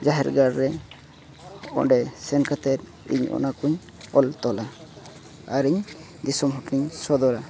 ᱡᱟᱦᱮᱨ ᱜᱟᱲ ᱨᱮ ᱚᱸᱰᱮ ᱥᱮᱱ ᱠᱟᱛᱮᱫ ᱤᱧ ᱚᱱᱟ ᱠᱚᱧ ᱚᱞ ᱛᱚᱞᱟ ᱟᱨ ᱤᱧ ᱫᱤᱥᱚᱢ ᱦᱚᱲ ᱴᱷᱮᱱ ᱤᱧ ᱥᱚᱫᱚᱨᱟ